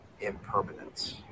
impermanence